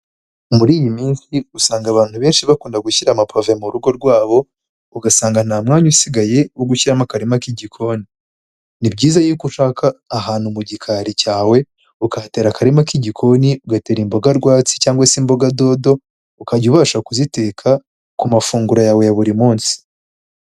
Muri iyi minsi usanga abantu benshi bakunda gushyira amapave mu rugo rwabo ugasanga nta mwanya usigaye wo gushyiramo akarima k'igikoni. Ni byiza yuko ushaka ahantu mu gikari cyawe ukahatera akarima k'igikoni ugatera imboga rwatsi cyangwa se imboga dodo, ukajya ubasha kuziteka ku mafunguro yawe ya buri munsi.